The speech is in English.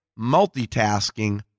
Multitasking